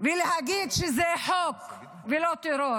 ולהגיד שזה חוק ולא טרור?